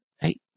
hey